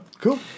Cool